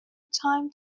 تایم